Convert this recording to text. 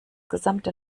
gesamte